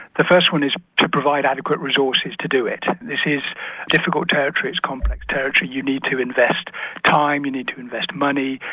the first one is to provide adequate resources to do it, this is difficult territory, complex territory, you need to invest time, you need to invest money,